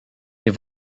wir